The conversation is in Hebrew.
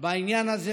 בעניין הזה.